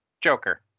Joker